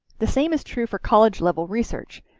the same is true for college-level research.